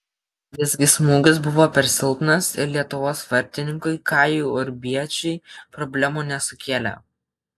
visgi smūgis buvo per silpnas ir lietuvos vartininkui kajui urbiečiui problemų nesukėlė